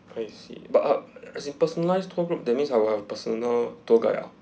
I see but uh as in a personalised tour group that means I will have personal tour guide ah